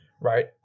Right